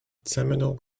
seminole